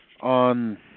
on